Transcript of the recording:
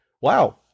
wow